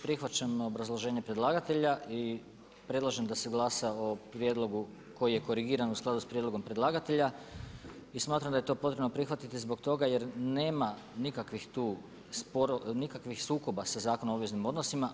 Prihvaćam obrazloženje predlagatelja i predlažem da se glasa o prijedlogu koji je korigiran u skladu s prijedlogom predlagatelja i smatram da je to potrebno prihvatiti zbog toga jer nema nikakvih sukoba sa Zakonom o obveznim odnosima.